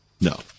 No